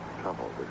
trouble